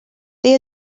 they